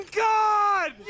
god